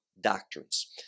doctrines